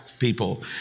people